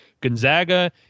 Gonzaga